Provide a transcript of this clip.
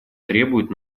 требуют